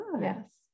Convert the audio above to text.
yes